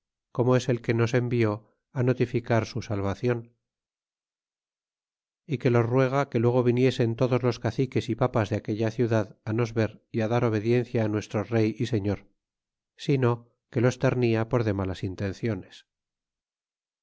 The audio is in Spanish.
como es el que nos envió fi notificar su salvacion y que los ruega que luego viniesen todos los caciques y papas de aquella ciudad nos ver y dar la obediencia á nuestro rey y señor sino que los ternia por de malas intenciones